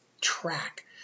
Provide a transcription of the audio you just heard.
track